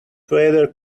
vader